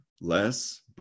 less